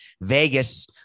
Vegas